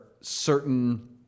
certain